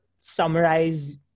summarize